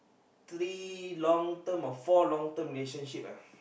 three long term or four long term relationship uh